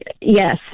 yes